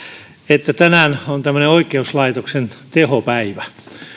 että tänään on tämmöinen oikeuslaitoksen tehopäivä